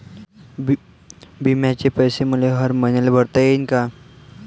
बिम्याचे पैसे मले हर मईन्याले भरता येईन का?